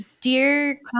dear